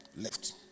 Left